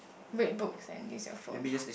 read books and use your phone